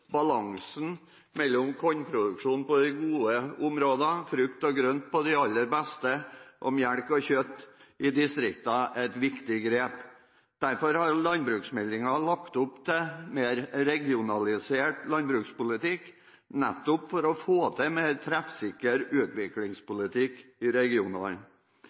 Balansen mellom kornproduksjon på de gode jordbruksområdene, frukt og grønt på de aller beste arealene, og melk og kjøttproduksjon i distriktene er et viktig grep. Derfor har landbruksmeldingen lagt opp til en mer regionalisert landbrukspolitikk, nettopp for å få til en mer treffsikker utviklingspolitikk i